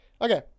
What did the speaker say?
Okay